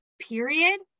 Period